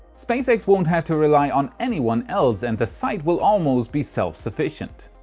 spacex won't have to rely on anyone else and the site will almost be self-sufficient.